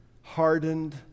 hardened